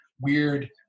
weird